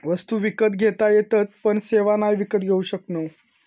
वस्तु विकत घेता येतत पण सेवा नाय विकत घेऊ शकणव